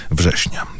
września